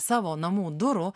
savo namų durų